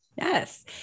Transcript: Yes